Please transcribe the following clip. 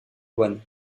douanes